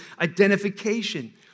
identification